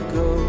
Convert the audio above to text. go